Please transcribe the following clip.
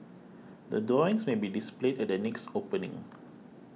the drawings may be displayed at the next opening